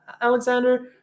Alexander